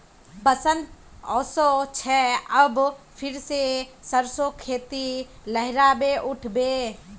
बसंत ओशो छे अब फिर से सरसो खेती लहराबे उठ बे